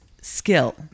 skill